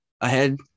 ahead